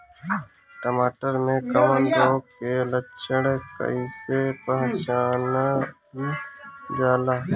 टमाटर मे कवक रोग के लक्षण कइसे पहचानल जाला?